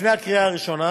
לפני קריאה הראשונה